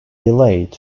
delayed